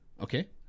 okay